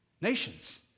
Nations